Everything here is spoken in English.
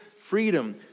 freedom